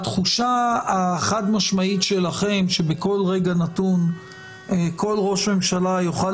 התחושה החד-משמעית שלכם שבכל רגע נתון כל ראש ממשלה יוכל